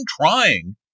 trying